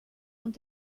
und